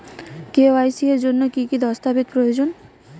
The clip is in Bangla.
কে.ওয়াই.সি এর জন্যে কি কি দস্তাবেজ প্রয়োজন?